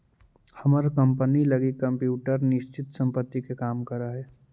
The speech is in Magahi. हमर कंपनी लगी कंप्यूटर निश्चित संपत्ति के काम करऽ हइ